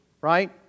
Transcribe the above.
Right